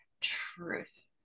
truth